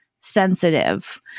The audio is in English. sensitive